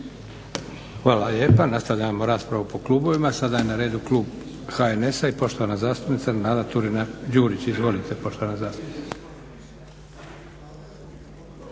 Hvala lijepa. Nastavljamo raspravu po klubovima. Sada je na redu klub HNS-a i poštovana zastupnica Nada Turina-Đurić. Izvolite poštovana zastupnice.